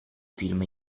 film